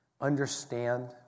understand